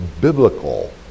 biblical